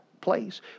place